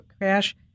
Crash